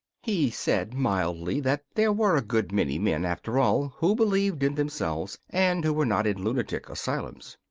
he said mildly that there were a good many men after all who believed in themselves and who were not in lunatic asylums.